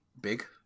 big